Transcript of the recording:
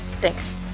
Thanks